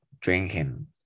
drinking